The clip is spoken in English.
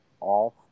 off